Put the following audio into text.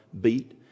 beat